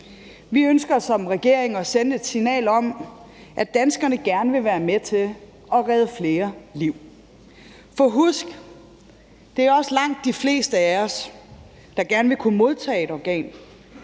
Vi ønsker som regering at sende et signal om, at danskerne gerne vil være med til at redde flere liv. For husk, at det også er langt de fleste af os, der gerne vil kunne modtage et organ,